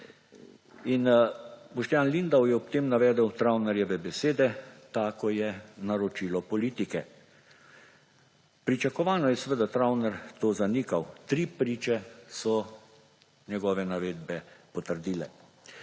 In Boštjan Lindav je ob tem navedel Travnerjeve besede: »Tako je naročilo politike.« Pričakovano je seveda Travner to zanikal. Tri priče so njegove navedbe potrdile.